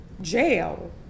jail